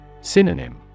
Synonym